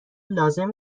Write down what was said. لازم